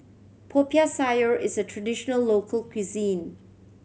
Popiah Sayur is a traditional local cuisine